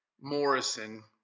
Morrison –